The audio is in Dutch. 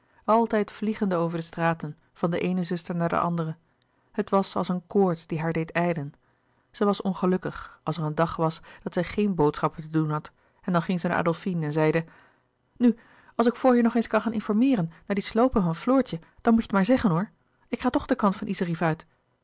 altijd vliegende over de straten van de eene zuster naar de andere het was als een koorts die haar deed ijlen zij was ongelukkig als er een dag was dat zij geen boodschappen te doen had en dan ging zij naar adolfine en zeide nu als ik voor je nog eens kan gaan informeeren naar die sloopen van floortje dan moet je het maar zeggen hoor ik ga toch de kant van iserief uit